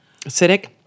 Acidic